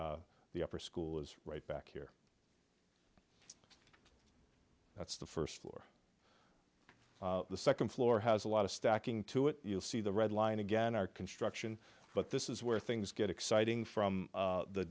the upper school is right back here that's the first floor the second floor has a lot of stacking to it you'll see the red line again our construction but this is where things get exciting from